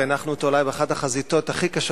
והנחנו אותו אולי באחת החזיתות הכי קשות